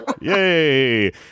yay